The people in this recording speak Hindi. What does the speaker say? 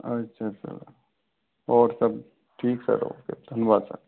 अच्छा सर और सब ठीक चलो ओके धन्यवाद सर